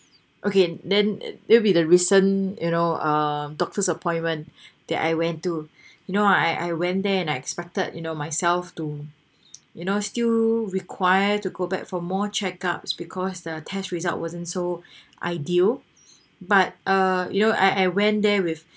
okay then it will be the recent you know ah doctor's appointment that I went to you know I I went there and I expected you know myself to you know still require to go back for more check ups because the test result wasn't so ideal but uh you know I I went there with